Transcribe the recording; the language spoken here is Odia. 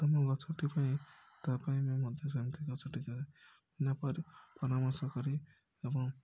ଉତ୍ତମ ଗଛଟି ପାଇଁ ତା' ପାଇଁ ବି ମଧ୍ୟ ସେମିତି ଗଛଟି ପରାମର୍ଶ କରି ଏବଂ